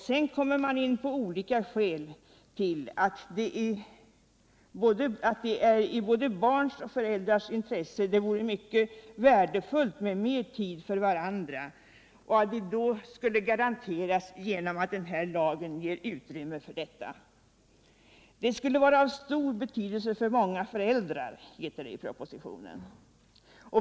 Sedan kommer man in på olika skäl till att det ur både barns och föräldrars synpunkt vore mycket värdefullt med mer tid för varandra och att detta skulle garanteras genom att den föreslagna lagen ger utrymme för detta. ”Det skulle vara av stor betydelse för många föräldrar”, heter det i propositionen.